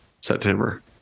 September